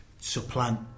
supplant